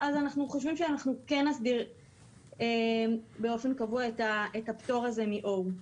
אז אנחנו חושבים שאנחנו כן נסדיר באופן קבוע את הפטור הזה מ-O.